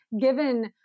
given